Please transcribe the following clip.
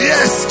Yes